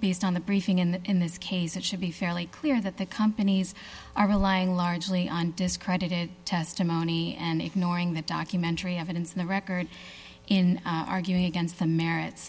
based on the briefing and in this case it should be fairly clear that the companies are relying largely on discredited testimony and ignoring the documentary evidence the record in arguing against the merits